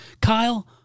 Kyle